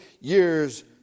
years